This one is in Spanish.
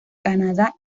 canadá